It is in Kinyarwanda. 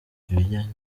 ibijyanye